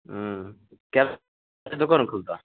हूँ कए के दोकान खुलतऽ